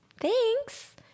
thanks